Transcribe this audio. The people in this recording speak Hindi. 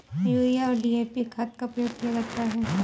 यूरिया और डी.ए.पी खाद का प्रयोग किया जाता है